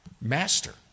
Master